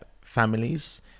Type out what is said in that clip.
families